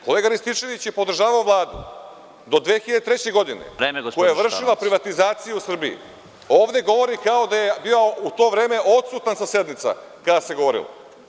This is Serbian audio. Kolega Rističević je podržavao Vladu do 2003. godine koja je vršila privatizacije u Srbiji, a ovde govori kao da je bio u to vreme odsutan sa sednica kada se govorilo.